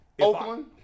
Oakland